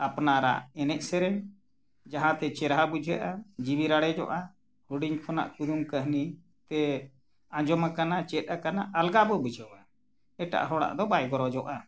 ᱟᱯᱱᱟᱨᱟᱜ ᱮᱱᱮᱡ ᱥᱮᱨᱮᱧ ᱡᱟᱦᱟᱸᱛᱮ ᱪᱮᱦᱨᱟ ᱵᱩᱡᱷᱟᱹᱜᱼᱟ ᱡᱤᱣᱤ ᱞᱟᱲᱮᱡᱚᱜᱼᱟ ᱦᱩᱰᱤᱧ ᱠᱷᱚᱱᱟᱜ ᱠᱩᱫᱩᱢ ᱠᱟᱹᱦᱱᱤ ᱛᱮ ᱟᱸᱡᱚᱢ ᱟᱠᱟᱱᱟ ᱪᱮᱫ ᱟᱠᱟᱱᱟ ᱟᱞᱜᱟ ᱵᱚᱱ ᱵᱩᱡᱷᱟᱹᱣᱟ ᱮᱴᱟᱜ ᱦᱚᱲᱟᱜ ᱫᱚ ᱵᱟᱭ ᱜᱚᱨᱚᱡᱚᱜᱼᱟ